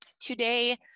Today